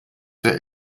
der